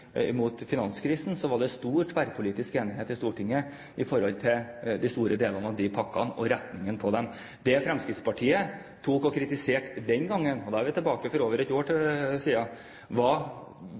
mot finanskrisen, var det stor tverrpolitisk enighet i Stortinget om de store delene av de pakkene og retningen på dem. Det Fremskrittspartiet kritiserte den gangen – og da er vi tilbake til over et år